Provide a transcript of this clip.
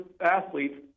athletes